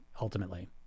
Ultimately